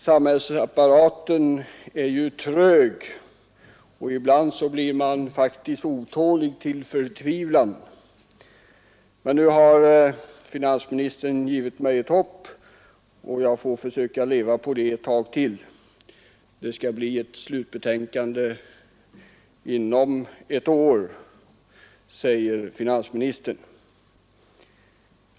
Samhällsapparaten är ju trög, och ibland blir man faktiskt otålig till förtvivlan. Men nu har finansministern givit mig ett hopp, och jag får försöka leva på det ett tag till. Slutbetänkandet skall enligt vad finansministern säger komma inom ett år.